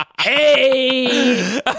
hey